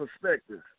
perspective